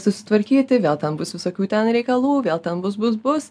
susitvarkyti vėl ten bus visokių ten reikalų vėl ten bus bus bus